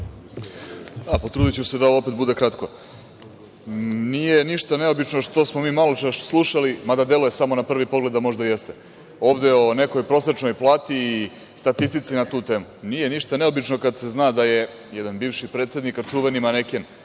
Potrudiću se da ovo opet bude kratko. Nije ništa neobično što smo mi maločas slušali ovde, mada deluje samo na prvi pogled da možda jeste, o nekoj prosečnoj plati, statistici na tu temu. Nije ništa neobično kad se zna da je jedan bivši predsednik, čuveni maneken,